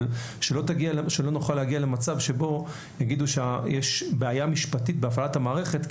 - שלא נוכל להגיע למצב שבו יאמרו שיש בעיה משפטית בהפעלת המערכת.